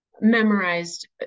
memorized